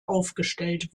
aufgestellt